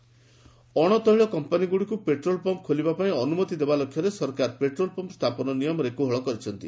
cabinet oil ଅଣତୈଳ କମ୍ପାନୀଗୁଡ଼ିକୁ petrol pump ଖୋଲିବା ପାଇଁ ଅନୁମତି ଦେବା ଲକ୍ଷ୍ୟରେ ସରକାର ପେଟ୍ରୋଲ୍ ପମ୍ପ ସ୍ଥାପନ ନିୟମରେ କୋହଳ କରିଛନ୍ତି